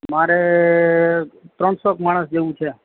મારે ત્રણસોક માણસ જેવું છે